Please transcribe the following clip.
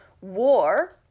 war